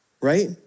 Right